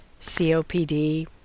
COPD